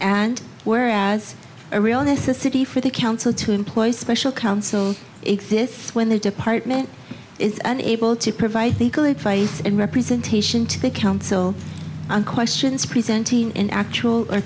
and where as a real necessity for the council to employ special counsel exists when the department is unable to provide legal advice and representation to the council on questions presenting an actual or